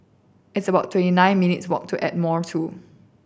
it's about twenty nine minutes' walk to Ardmore Two